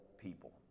people